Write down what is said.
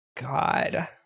God